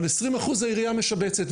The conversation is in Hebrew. אבל 20% העירייה משבצת.